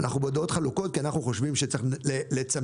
אנחנו בדעות חלוקות, כי אנחנו חושבים שצריך לצמצם.